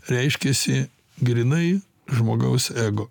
reiškiasi grynai žmogaus ego